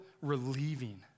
relieving